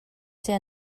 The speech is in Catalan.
ser